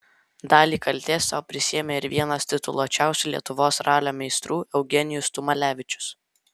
dalį kaltės sau prisiėmė ir vienas tituluočiausių lietuvos ralio meistrų eugenijus tumalevičius